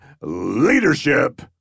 Leadership